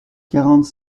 quarante